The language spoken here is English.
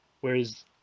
whereas